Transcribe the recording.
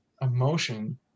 emotion